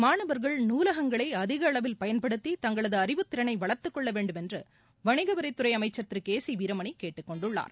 மாணவர்கள் நூலகங்களை அதிகளவில் பயன்படுத்தி தங்களது அறிவுத்திறனை வளர்த்துக் கொள்ள வேண்டும் என்று வணிக வரித்துறை அமைச்சர் திரு கே சி வீரமணி கேட்டுக்கொண்டுள்ளார்